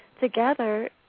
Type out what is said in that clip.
together